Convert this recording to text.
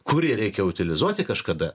kurį reikia utilizuoti kažkada